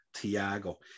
Tiago